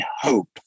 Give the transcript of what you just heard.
hope